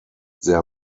their